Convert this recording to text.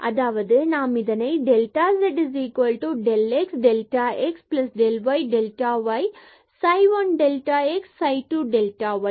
அதாவது நாம் இதனை delta z del x delta x del y delta y psi 1 delta x psi 2 delta y